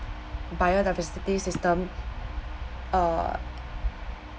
biodiversity system uh